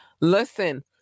listen